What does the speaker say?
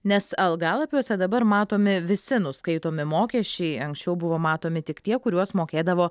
nes algalapiuose dabar matomi visi nuskaitomi mokesčiai anksčiau buvo matomi tik tie kuriuos mokėdavo